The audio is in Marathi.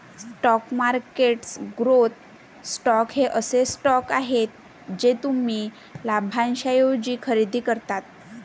स्टॉक मार्केट ग्रोथ स्टॉक्स हे असे स्टॉक्स आहेत जे तुम्ही लाभांशाऐवजी खरेदी करता